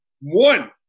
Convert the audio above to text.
One